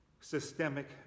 systemic